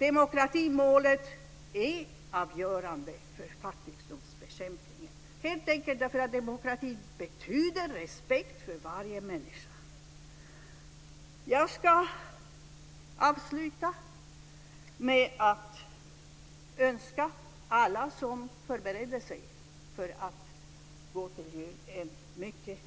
Demokratimålet är avgörande för fattigdomsbekämpningen. Det är helt enkelt därför att demokrati betyder respekt för varje människa. Jag ska avsluta med att önska alla som förbereder sig för att fira jul en mycket